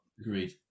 Agreed